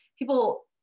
People